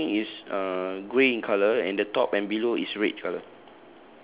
the vending machine is uh grey in colour and the top and below is red colour